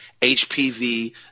HPV